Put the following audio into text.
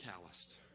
calloused